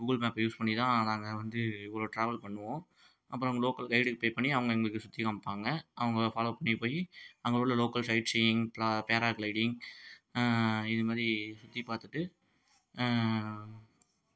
Google மேப்பை use பண்ணி தான் நாங்கள் வந்து இவ்வளோ ட்ராவல் பண்ணுவோம் அப்புறம் லோக்கல் கைடுக்கு பே பண்ணி அவங்க எங்களுக்கு சுற்றி காமிப்பாங்க அவங்க ஃபாலோ பண்ணி போய் அங்கே உள்ள லோக்கல் சைட் சீயிங் ப பேரா க்ளைடிங் இது மாதிரி சுற்றி பார்த்துட்டு